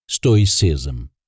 Stoicism